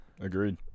Agreed